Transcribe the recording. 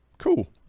Cool